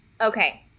Okay